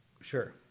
Sure